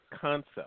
concept